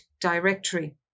directory